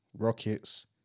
Rockets